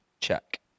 check